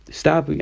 stop